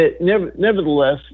Nevertheless